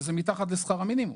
שזה מתחת לשכר המינימום.